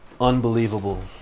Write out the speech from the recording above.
Unbelievable